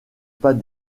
pas